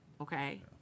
Okay